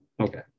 Okay